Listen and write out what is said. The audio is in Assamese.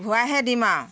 ঘূৰাইহে দিম আৰু